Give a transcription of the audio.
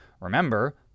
remember